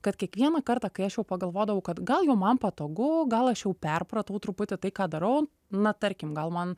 kad kiekvieną kartą kai aš jau pagalvodavau kad gal jau man patogu gal aš jau perpratau truputį tai ką darau na tarkim gal man